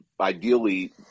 ideally